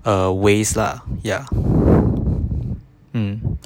err waste lah ya um